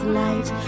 light